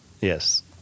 Yes